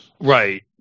Right